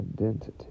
identity